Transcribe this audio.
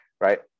right